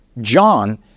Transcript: John